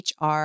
HR